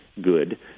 good